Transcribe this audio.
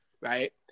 right